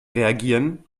reagieren